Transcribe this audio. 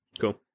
Cool